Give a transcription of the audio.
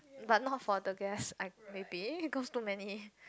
but not for the guests I maybe cause too many